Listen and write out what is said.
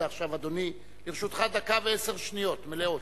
אדוני, לרשותך דקה ועשר שניות מלאות.